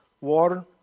water